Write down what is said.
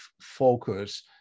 focus